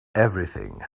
everything